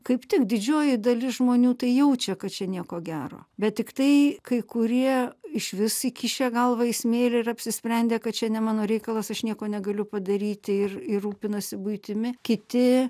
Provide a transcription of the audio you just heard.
kaip tik didžioji dalis žmonių tai jaučia kad čia nieko gero bet tiktai kai kurie išvis įkišę galvą į smėlį ir apsisprendę kad čia ne mano reikalas aš nieko negaliu padaryti ir ir rūpinasi buitimi kiti